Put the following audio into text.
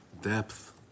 Depth